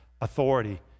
authority